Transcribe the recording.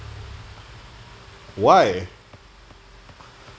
why